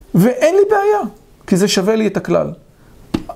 ואין לי בעיה, כי זה שווה לי את הכלל.